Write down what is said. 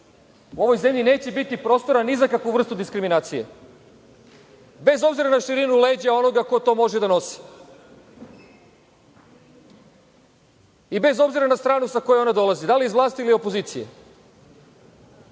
Ovoj zemlji neće biti prostora ni za kakvu vrstu diskriminacije bez obzira na širinu leđa onoga ko to može da nosi i bez obzira na stranu sa koje ona dolazi, da li iz vlasti ili iz opozicije. Rekli